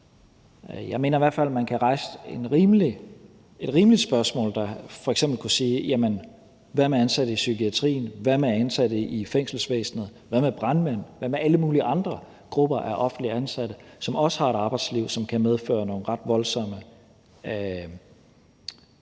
Jeg mener i hvert fald, man f.eks. kan rejse det rimelige spørgsmål: Jamen hvad med ansatte i psykiatrien, hvad med ansatte i fængselsvæsenet, hvad med brandmænd, hvad med alle mulige andre grupper af offentligt ansatte, som også har et arbejdsliv, som kan medføre nogle ret voldsomme men?